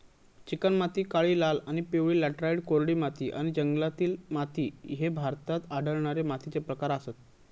चिकणमाती, काळी, लाल आणि पिवळी लॅटराइट, कोरडी माती आणि जंगलातील माती ह्ये भारतात आढळणारे मातीचे प्रकार आसत